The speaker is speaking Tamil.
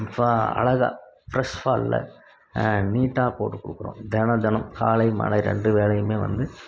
அழகாக ஃப்ரெஷ் இல்லை நீட்டாக போட்டுக்கொடுக்குறோம் தினந்தெனம் காலை மாலை ரெண்டு வேளையுமே வந்து